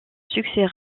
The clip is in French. succès